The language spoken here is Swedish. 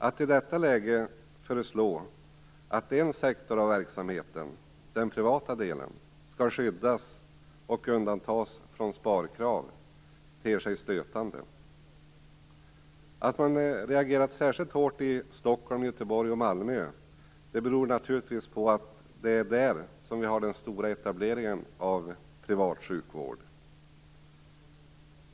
Att i detta läge föreslå att en sektor av verksamheten, den privata delen, skall skyddas och undantas från sparkrav ter sig stötande. Att man reagerat särskilt hårt i Stockholm, Göteborg och Malmö beror naturligtvis på att det är där som vi har den stora etableringen av privat sjukvård.